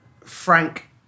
Frank